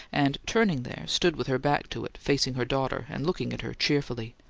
and, turning there, stood with her back to it, facing her daughter and looking at her cheerfully.